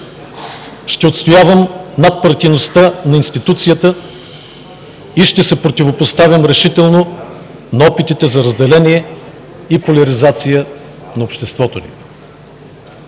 Ще отстоявам надпартийността на институцията и ще се противопоставям решително на опитите за разделение и поляризация на обществото ни.